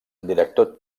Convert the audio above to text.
director